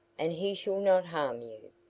and he shall not harm you.